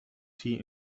tea